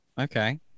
Okay